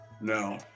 No